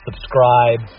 Subscribe